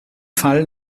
fall